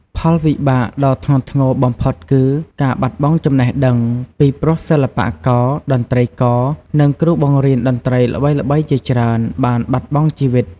ផលវិបាកដ៏ធ្ងន់ធ្ងរបំផុតគឺ ការបាត់បង់ចំណេះដឹង ពីព្រោះសិល្បករ តន្ត្រីករ និងគ្រូបង្រៀនតន្ត្រីល្បីៗជាច្រើនបានបាត់បង់ជីវិត។